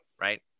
right